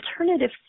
alternative